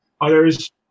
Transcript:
others